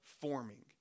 forming